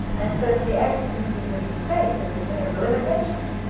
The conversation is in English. and so it's the exigencies of the space. of the theatre. the limitations.